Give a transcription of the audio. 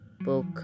book